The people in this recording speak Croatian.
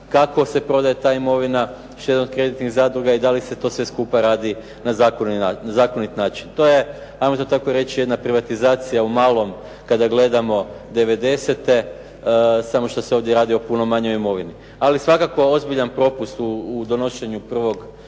kako se prodaje ta imovina štedno-kreditnih zadruga i da li se to sve skupa radi na zakonit način. To je, hajmo to tako reći jedna privatizacija u malom kada gledamo devedesete samo što se ovdje radi o puno manjoj imovini. Ali svakako ozbiljan propust u donošenju prvog